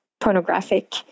pornographic